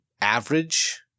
average